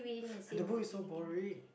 and the book is so boring